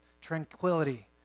tranquility